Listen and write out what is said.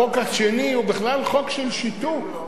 החוק השני הוא בכלל חוק של שיתוק.